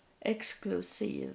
exclusive